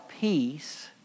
peace